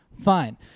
fine